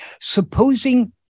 Supposing